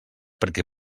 perquè